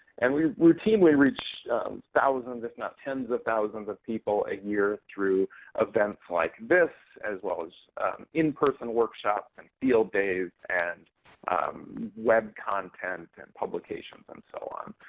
and we routinely reach thousands, if not tens of thousands of people a year through events like this as well as in-person workshops and field days and web content and publications and so on.